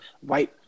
white